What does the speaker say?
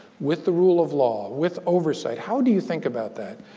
with the rule of law, with oversight, how do you think about that?